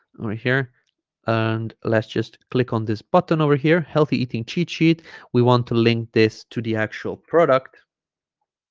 over here and let's just click on this button over here healthy eating cheat sheet we want to link this to the actual product